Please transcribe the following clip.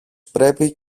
πρέπει